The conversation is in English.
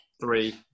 Three